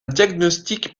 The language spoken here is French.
diagnostic